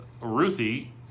Ruthie